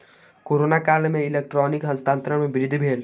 corona काल में electronic हस्तांतरण में वृद्धि भेल